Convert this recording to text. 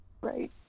right